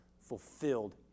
fulfilled